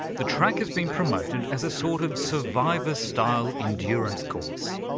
the track has been promoted as a sort of survivor-style endurance course.